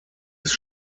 ist